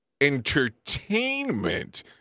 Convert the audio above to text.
entertainment